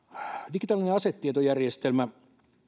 digitaalinen asetietojärjestelmä